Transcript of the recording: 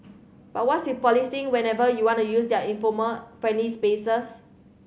but what's you policing whenever you want to use their informal friendly spaces